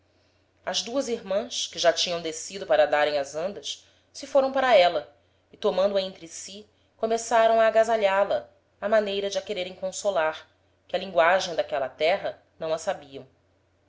as duas irmans que já tinham descido para darem as andas se foram para éla e tomando-a entre si começaram a agasalhá la á maneira de a quererem consolar que a lingoagem d'aquela terra não a sabiam